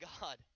God